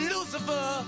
Lucifer